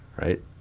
right